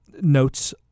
notes